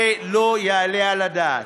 זה לא יעלה על הדעת.